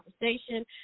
conversation